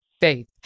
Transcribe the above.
faith